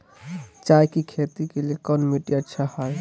चाय की खेती के लिए कौन मिट्टी अच्छा हाय?